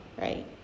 right